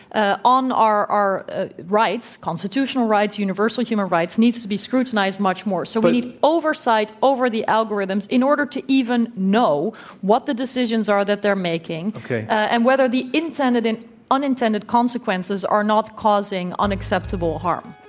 ah on our our ah rights constitutional rights, universal human rights needs to be scrutinized much more, so the oversight over the algorithms, in order to even know what the decisions are that they're making okay. and whether the intended and unintended consequences are not causing unacceptable harm.